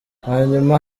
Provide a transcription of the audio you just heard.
hanyuma